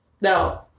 No